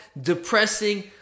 depressing